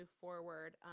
forward